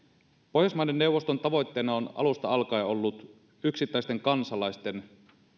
pohjoismaiden neuvoston tavoitteena on alusta alkaen ollut yksittäisten kansalaisten